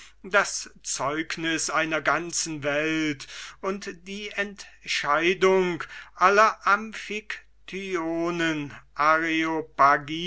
das zeugnis einer ganzen welt und die entscheidung aller